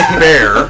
bear